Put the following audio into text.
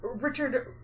Richard